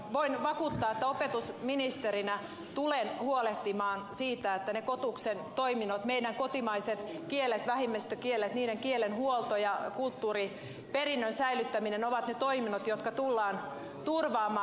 voin vakuuttaa että opetusministerinä tulen huolehtimaan siitä että ne kotuksen toiminnot meidän kotimaiset kielet vähemmistökielet niiden kielenhuolto ja kulttuuriperinnön säilyttäminen ovat ne toiminnot jotka tullaan turvaamaan